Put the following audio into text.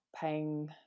paying